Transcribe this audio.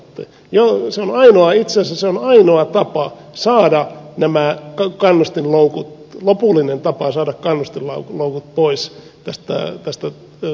itse asiassa se on lopullinen tapa saada nämä kannustinloukot pois tästä sosiaaliturvajärjestelmästä